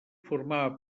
formava